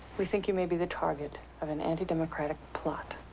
we think you may be the target of an antidemocratic plot.